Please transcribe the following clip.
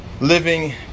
living